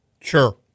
Sure